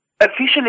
Officially